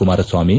Kumaraswamy